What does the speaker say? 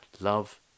love